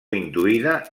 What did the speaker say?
induïda